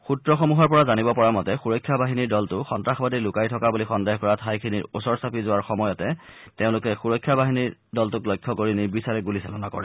সূত্ৰসমূহৰ পৰা জানিব পৰা মতে সূৰক্ষা বাহিনীৰ দলটো সন্তাসবাদী লুকাই থকা বুলি সন্দেহ কৰা ঠাইখিনিৰ ওচৰ চাপি যোৱাৰ সময়ত তেওঁলোকে সূৰক্ষা বাহিনীৰ দলটোক লক্ষ্য কৰি নিৰ্বিচাৰে গুলীচালনা কৰে